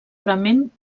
prement